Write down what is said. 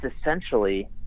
essentially